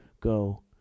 go